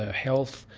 ah health,